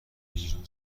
بیرون